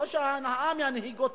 לא העם ינהיג אותי.